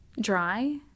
dry